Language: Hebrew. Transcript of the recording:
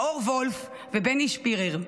מאור וולף ובני שפירר,